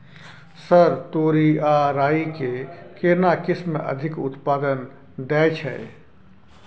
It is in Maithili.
सर तोरी आ राई के केना किस्म अधिक उत्पादन दैय छैय?